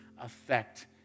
affect